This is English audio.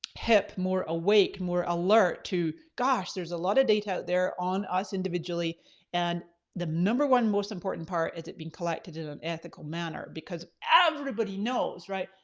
hip, more awake, more alert to gosh, there's a lot of data out there on us individually and the number one most important part is it being collected in an ethical manner? because everybody knows, right,